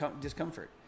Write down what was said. discomfort